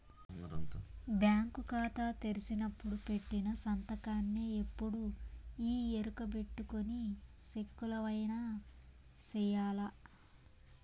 bank కాతా తెరిసినపుడు పెట్టిన సంతకాన్నే ఎప్పుడూ ఈ ఎరుకబెట్టుకొని సెక్కులవైన సెయ్యాల